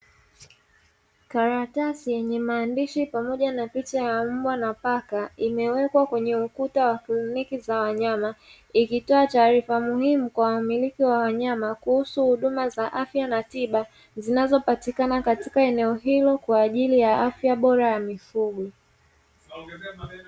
Karatasi yenye maandishi pamoja na picha ya mbwa na paka, imewekwa kwenye ukuta wa kliniki za wanyama, ikitoa taarifa muhimu kwa wamiliki wa wanyama kuhusu huduma za afya na tiba; zinazopatikana katika eneo hilo kwa ajili ya afya bora ya mifugo.